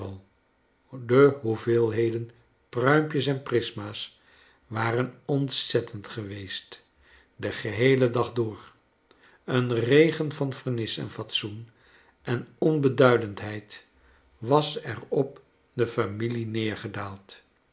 de hoeveelheden pruimpjes en prisma's waren ontzettend geweest den geheelen dag door een regen van vernis en fatsoen en on beduidendheid was er op de familie neergedaald